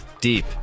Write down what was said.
deep